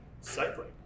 cycling